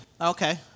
Okay